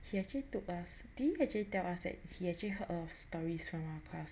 he actually told us did he actually tell us that he actually heard err a lot of stories from our class